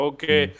Okay